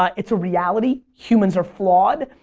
um it's a reality, humans are flawed.